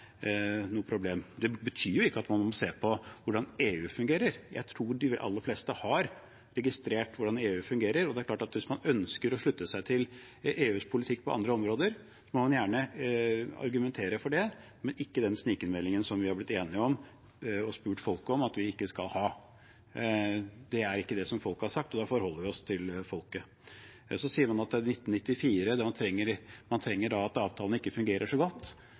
noe problem. Det betyr jo ikke at man må se på hvordan EU fungerer. Jeg tror de aller fleste har registrert hvordan EU fungerer, og det er klart at hvis man ønsker å slutte seg til EUs politikk på andre områder, må man gjerne argumentere for det, men ikke med den snikinnmeldingen som vi er blitt enige om, og spurt folket om, at vi ikke skal ha. Det er ikke det folket har sagt, og da forholder vi oss til folket. Man sier at det var i 1994, og at man trenger å se på om avtalen ikke fungerer så godt.